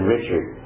Richard